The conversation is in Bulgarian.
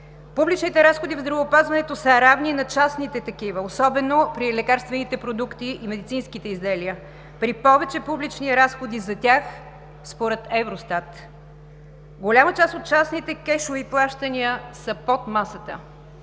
Публичните разходи в здравеопазването са равни на частните, особено при лекарствените продукти и медицинските изделия, при повече публични разходи за тях, според ЕВРОСТАТ. Голяма част от частните кешови плащания са под масата.